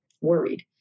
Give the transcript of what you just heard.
worried